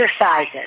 exercises